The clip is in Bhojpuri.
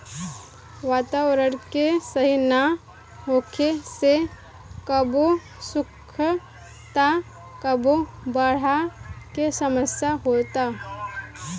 वातावरण के सही ना होखे से कबो सुखा त कबो बाढ़ के समस्या होता